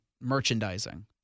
merchandising